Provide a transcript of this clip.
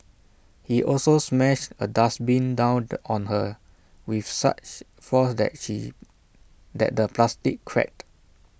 he also smashed A dustbin down on her with such force that she that the plastic cracked